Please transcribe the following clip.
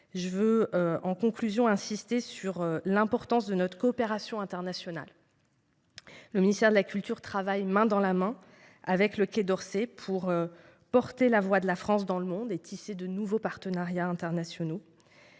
de sujets. En conclusion, j’insiste sur l’importance de notre coopération internationale. Le ministère de la culture travaille main dans la main avec le Quai d’Orsay pour porter la voix de la France dans le monde et tisser de nouveaux partenariats internationaux.